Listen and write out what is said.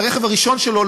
את הרכב הראשון שלו,